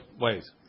ways